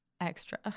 extra